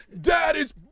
daddy's